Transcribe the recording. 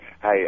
Hey